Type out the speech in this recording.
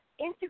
Instagram